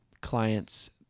clients